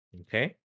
Okay